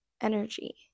Energy